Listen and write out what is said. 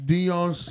Dion